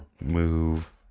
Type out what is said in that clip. move